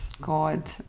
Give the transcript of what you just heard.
God